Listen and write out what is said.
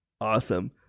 Awesome